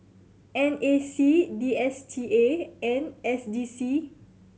N A C D S T A and S D C